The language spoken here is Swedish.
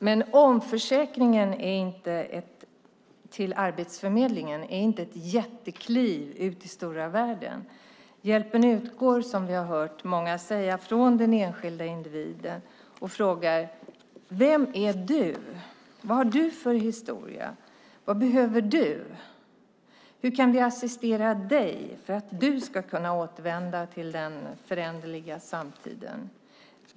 Men omförsäkringen till Arbetsförmedlingen är inte ett jättekliv ut i stora världen. Hjälpen utgår, som vi har hört många säga, från den enskilda individen. Och man frågar: Vem är du? Vad har du för historia? Vad behöver du? Hur kan vi assistera dig för att du ska kunna återvända till den föränderliga samtiden?